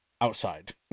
outside